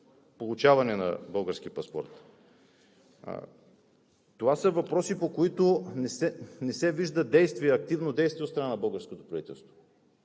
получаване на български паспорт? Това са въпроси, по които не се вижда активно действие от страна на българското правителство.